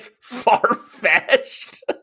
far-fetched